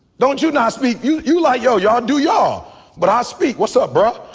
don't you not speak you you like y'all y'all do y'all but i speak what's up, bro?